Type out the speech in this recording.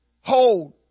Hold